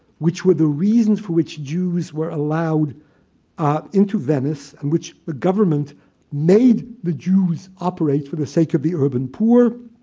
which were the reason for which jews were allowed ah into venice, and which the government made the jews operate for the sake of the urban poor,